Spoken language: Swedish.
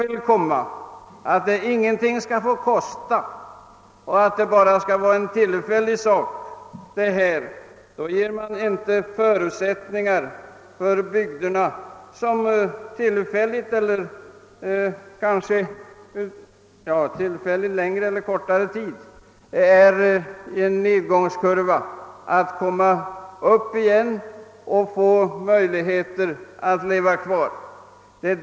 Men om det är dit man vill komma att det bara skall vara en tillfällig verksamhet som ingenting får kosta, så ger man ju inte sådana bygder som under längre eller kortare tid haft nedgångskonjunkturer några förutsättningar att komma sig upp igen och leva kvar.